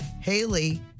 Haley